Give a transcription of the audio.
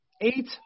eight